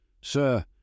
Sir